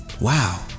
wow